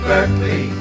Berkeley